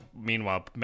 meanwhile